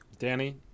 Danny